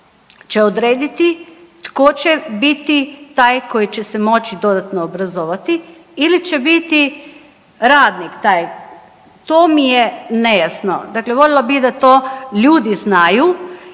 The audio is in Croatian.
će odrediti tko će biti taj koji će se moći dodatno obrazovati ili će biti radnik taj. To mi je nejasno, dakle voljela bih da to ljudi znaju